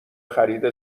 خرید